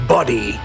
Body